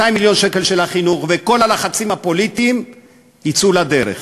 מיליון שקל של החינוך וכל הלחצים הפוליטיים יצאו לדרך.